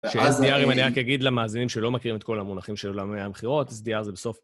שSDR, אם אני רק אגיד למאזינים שלא מכירים את כל המונחים שלנו מהמחירות, SDR זה בסוף